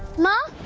my